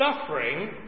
suffering